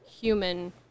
human